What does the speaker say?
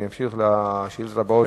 אמשיך לשאילתות הבאות.